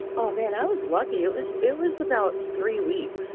oh, man, i was lucky. it was it was about three weeks.